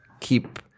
keep